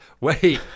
Wait